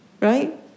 Right